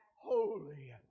holy